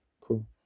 cool